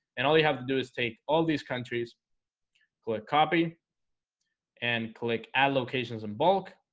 and all you have to do is take all these countries click copy and click add locations and bulk